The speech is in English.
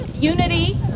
unity